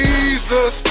Jesus